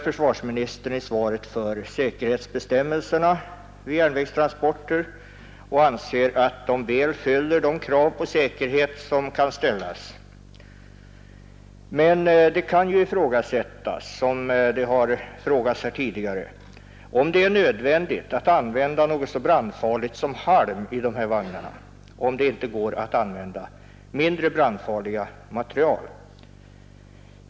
Försvarsministern redogör i svaret för säkerhetsbestämmelserna vid järnvägstransporter och anser att de väl fyller de krav som kan ställas. Men det kan ifrågasättas, som har sagts här tidigare, om det är nödvändigt att använda något så brandfarligt som halm i dessa vagnar, om det inte går att använda mindre brand farligt material.